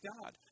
God